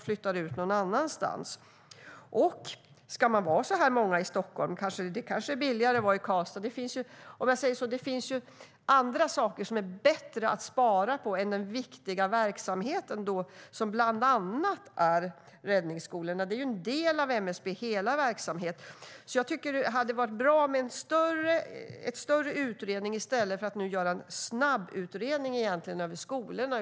Ska det finnas så många anställda i Stockholm? Det är kanske billigare att lokalisera Stockholmskontoret till Karlstad. Det finns ju andra saker som det är bättre att spara på än den verksamhet som utgörs bland annat av de viktiga räddningsskolorna. De är ju en del av MSB:s hela verksamhet. Det hade varit bra med en större utredning i stället för en snabbutredning av skolorna.